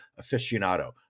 aficionado